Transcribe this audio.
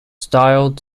styled